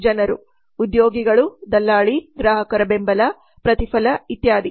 ಜನರು ಉದ್ಯೋಗಿಗಳು ದಳ್ಳಾಲಿ ಗ್ರಾಹಕರ ಬೆಂಬಲ ಪ್ರತಿಫಲ ಇತ್ಯಾದಿ